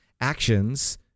actions